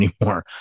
anymore